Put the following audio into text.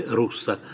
russa